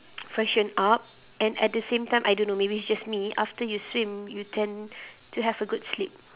freshen up and at the same time I don't know maybe it's just me after you swim you tend to have a good sleep